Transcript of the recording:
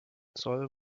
zoll